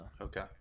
Okay